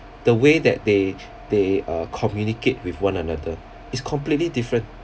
the way that they they uh communicate with one another is completely different